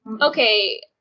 Okay